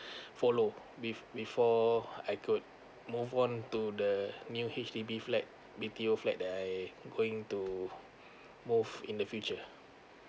follow be~ before I could move on to the new H_D_B flat B_T_O flat that I going to move in the future